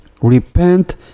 Repent